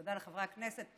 תודה לחברי הכנסת,